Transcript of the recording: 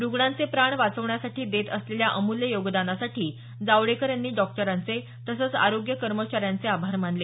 रुग्णांचे प्राण वाचवण्यासाठी देत असलेल्या अमूल्य योगदानासाठी जावडेकर यांनी डॉक्टरांचे तसंचं आरोग्य कर्मचाऱ्यांचे आभार मानले